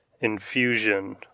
infusion